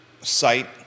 site